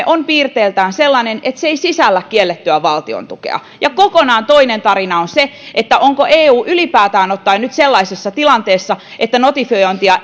on piirteiltään sellainen että se ei sisällä kiellettyä valtiontukea ja kokonaan toinen tarina on se onko eu ylipäätään ottaen nyt sellaisessa tilanteessa että notifiointia